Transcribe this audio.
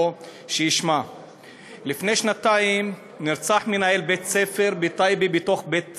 ולתת את ההגנה המוסרית למנהלי בתי-הספר,